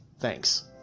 Thanks